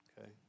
Okay